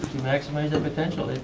maximize the potential.